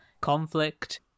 conflict